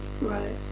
Right